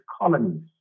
colonies